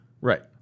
Right